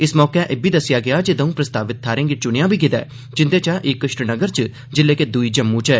इस मौके इब्बी दस्सेआ गेआ जे दौं प्रस्तावित थाहरें गी चुनेआ बी गेदा ऐ जिंदे चा इक श्रीनगर च जिल्ले के दुई जम्मू च ऐ